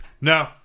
No